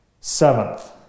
Seventh